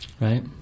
Right